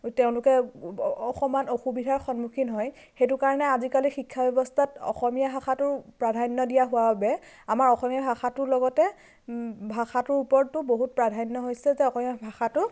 তেওঁলোকে অকণমান অসুবিধা সন্মুখীন হয় সেইটো কাৰণে আজিকালি শিক্ষা ব্যৱস্থাত অসমীয়া ভাষাটোৰ প্ৰাধান্য দিয়া হোৱা বাবে আমাৰ অসমীয়া ভাষাটোৰ লগতে ভাষাটোৰ ওপৰতো বহুত প্ৰাধান্য হৈছে যে অসমীয়া ভাষাটো